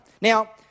Now